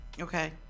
okay